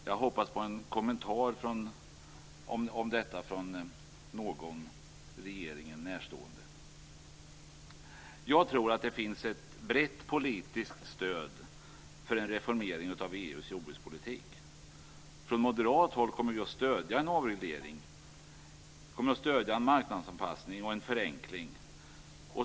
Jag hoppas på en kommentar om detta från någon regeringen närstående. Jag tror att det finns ett brett politiskt stöd för en reformering av EU:s jordbrukspolitik. Från moderat håll kommer vi att stödja en avreglering, en marknadsanpassning och en förenkling.